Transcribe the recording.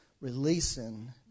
releasing